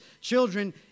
children